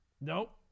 Nope